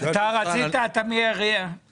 אתה מרואי החשבון, רצית?